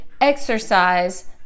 exercise